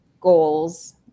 goals